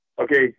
Okay